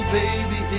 baby